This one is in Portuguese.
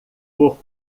por